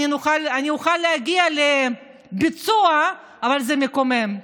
אני אוכל להגיע לביצוע, אבל זה מקומם.